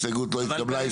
ההסתייגות לא התקבלה.